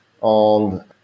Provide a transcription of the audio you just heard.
on